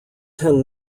ten